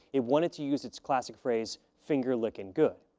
it wanted to use its classic phrase finger lickin' good.